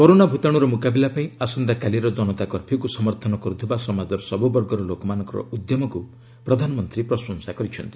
corona ଭତାଣୁର ମୁକାବିଲା ପାଇଁ ଆସନ୍ତାକାଲିର ଜନତା କର୍ପ୍ୟୁକୁ ସମର୍ଥନ କରୁଥିବା ସମାଜର ସବୁ ବର୍ଗର ଲୋକମାନଙ୍କ ଉଦ୍ୟମକୁ ପ୍ରଧାନମନ୍ତ୍ରୀ ପ୍ରଶଂସା କରିଛନ୍ତି